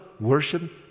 worship